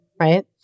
right